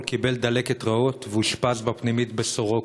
קיבל דלקת ריאות ואושפז בפנימית ב"סורוקה".